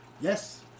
Yes